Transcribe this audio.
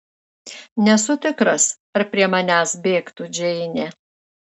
nesu tikras ar prie manęs bėgtų džeinė